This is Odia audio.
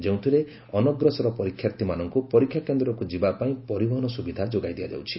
ଯେଉଁଥିରେ ଅନଗ୍ରସର ପରୀକ୍ଷାର୍ଥୀମାନଙ୍କୁ ପରୀକ୍ଷା କେନ୍ଦ୍ରକୁ ଯିବାପାଇଁ ପରିବହନ ସୁବିଧା ଯୋଗାଇ ଦିଆଯାଉଛି